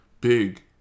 big